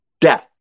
death